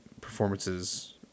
performances